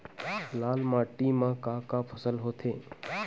लाल माटी म का का फसल होथे?